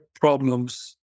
problems